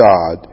God